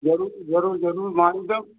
ज़रूरु ज़रूरु ज़रूरु मां ईंदुमि